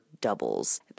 doubles